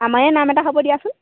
আমাৰে নাম এটা হ'ব দিয়াচোন